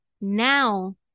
now